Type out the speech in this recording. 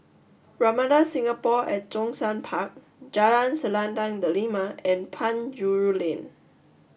Ramada Singapore at Zhongshan Park Jalan Selendang Delima and Penjuru Lane